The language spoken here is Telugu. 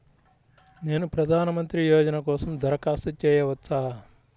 నేను ప్రధాన మంత్రి యోజన కోసం దరఖాస్తు చేయవచ్చా?